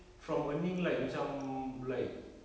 from earning like macam like